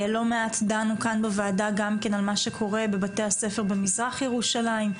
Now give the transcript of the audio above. לא מעט דנו כאן בוועדה גם כן על מה שקורה בבתי הספר במזרח ירושלים,